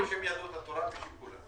לא רק בשם יהדות התורה, בשם כולנו.